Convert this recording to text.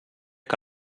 que